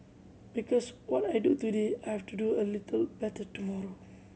because what I do today I have to do a little better tomorrow